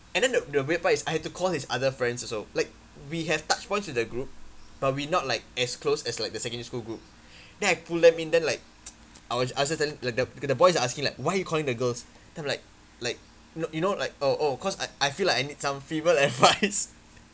and then the the weird part is I had to call his other friends also like we have touch point in the group but we not like as close as like the secondary school group then I pull them in then like I was I was telling like the like the boys are asking like why you calling the girls then I'm like like you know like oh oh because I I feel like I need some female advice